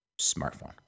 smartphone